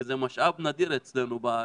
כי זה משאב נדיר אצלנו בארץ.